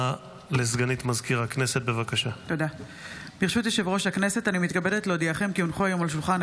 דברי הכנסת לט / מושב שני / ישיבה קצ"ט / א' וב'